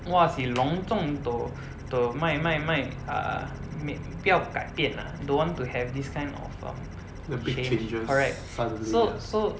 wa eh si 隆重 toh toh mai mai mai uh 没不要改变 ah don't want to have this kind of um change correct so so